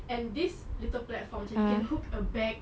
and this little platform macam you can hook a bag